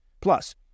Plus